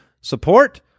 support